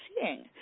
seeing